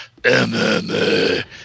MMA